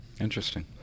Interesting